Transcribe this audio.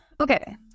Okay